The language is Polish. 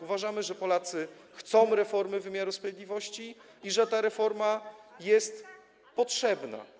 Uważamy, że Polacy chcą reformy wymiaru sprawiedliwości i że ta reforma jest potrzebna.